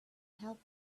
help